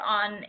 on